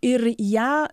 ir ją